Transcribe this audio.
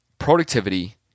productivity